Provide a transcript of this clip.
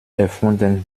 erfunden